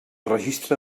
registre